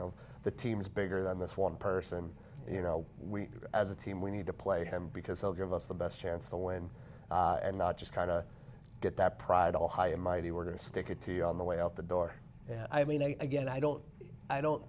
know the team is bigger than this one person and you know we as a team we need to play him because they'll give us the best chance to win and not just gotta get that pride all high and mighty we're going to stick it to you on the way out the door and i mean i again i don't i don't